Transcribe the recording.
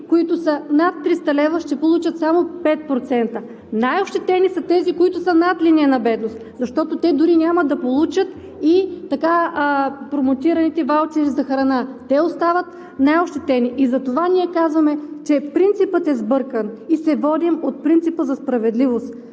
които са над 300 лв., ще получат само 5%. Най-ощетени са тези, които са над линията на бедност, защото те дори няма да получат и така промотираните ваучери за храна. Те остават най-ощетени и затова ние казваме, че принципът е сбъркан и се водим от принципа за справедливост.